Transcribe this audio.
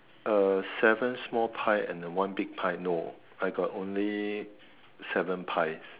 uh seven small pie and a one big pie no I got only seven pies